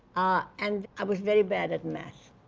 ah and i was very bad at math.